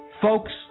Folks